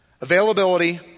Availability